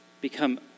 become